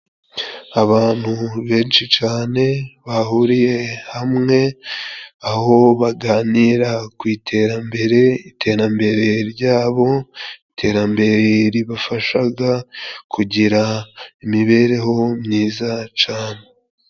Abantu benshi cane bahuriye hamwe aho baganira ku iterambere, iterambere ryabo, iterambere ribafashaga kugira imibereho myiza cane .